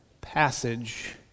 passage